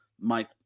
Mike